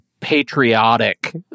patriotic